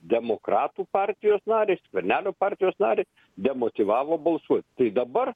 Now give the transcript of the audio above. demokratų partijos narį skvernelio partijos narį demotyvavo balsuoti tai dabar